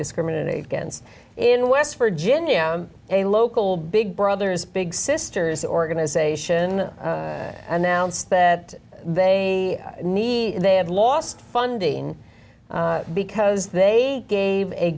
discriminated against in west virginia a local big brothers big sisters organization announced that they need they have lost funding because they gave a